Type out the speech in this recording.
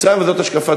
זו השקפה,